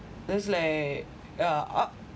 there's like uh I